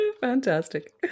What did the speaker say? Fantastic